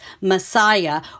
Messiah